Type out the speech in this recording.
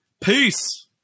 peace